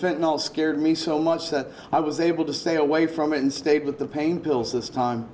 not scared me so much that i was able to stay away from it and stayed with the pain pills this time